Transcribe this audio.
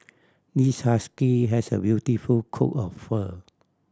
this husky has a beautiful coat of fur